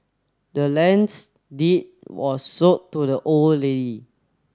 the land's deed was sold to the old lady